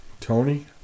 Tony